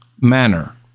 manner